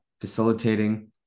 facilitating